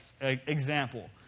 example